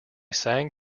sang